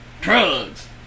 drugs